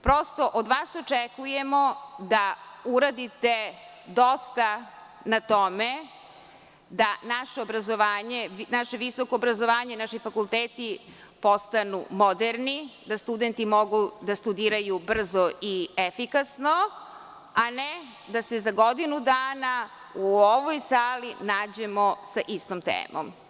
Prosto, od vas očekujemo da uradite dosta na tome da naše visoko obrazovanje, naši fakulteti postanu moderni, da studenti mogu da studiraju brzo i efikasno, a ne da se za godinu dana u ovoj sali nađemo sa istom temom.